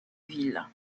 ville